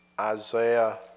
Isaiah